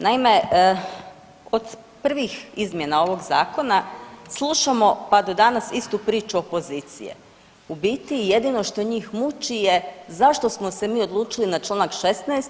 Naime, od prvih izmjena ovog zakona slušamo pa do danas istu priču opozicije, u biti jedino što njih muči je zašto smo se mi odlučili na čl. 16.